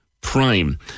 Prime